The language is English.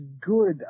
good